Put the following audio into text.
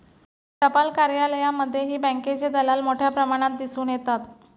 टपाल कार्यालयांमध्येही बँकेचे दलाल मोठ्या प्रमाणात दिसून येतात